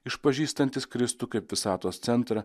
išpažįstantys kristų kaip visatos centrą